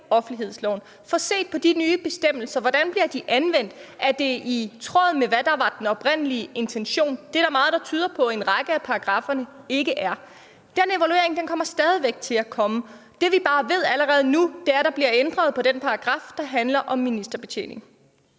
offentlighedsloven og få set på de nye bestemmelser og på, hvordan de bliver anvendt. Er det i tråd med, hvad der var den oprindelige intention? Det er der meget der tyder på at en række af paragrafferne ikke er. Den evaluering kommer stadig væk til at komme. Det, vi bare ved allerede nu, er, at der bliver ændret på den paragraf, der handler om ministerbetjening.